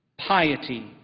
piety,